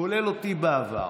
כולל אותי בעבר.